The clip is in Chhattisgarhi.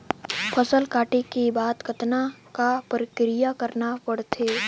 फसल काटे के बाद कतना क प्रक्रिया करना पड़थे?